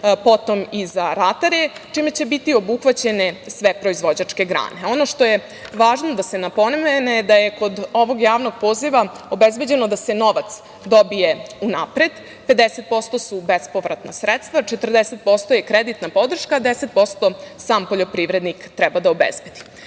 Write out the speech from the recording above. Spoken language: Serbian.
potom i za ratare, čime će biti obuhvaćene sve proizvođačke grane. Ono što je važno da se napomene da je kod ovog javnog poziva obezbeđeno da se novac dobije unapred, 50% su bespovratna sredstva, 40% je kreditna podrška, 10% sam poljoprivrednik treba da obezbedi. Kao